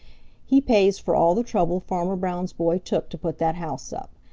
he pays for all the trouble farmer brown's boy took to put that house up.